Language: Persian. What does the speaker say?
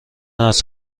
است